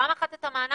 פעם אחת את המענק,